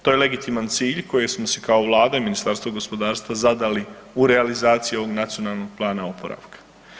To je legitiman cilj koje smo si kao Vlada i Ministarstvo gospodarstva zadali u realizaciji ovog Nacionalnog plana oporavka.